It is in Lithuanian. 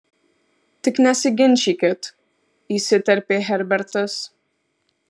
tik nesiginčykit įsiterpė herbertas